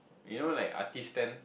you know like artists stand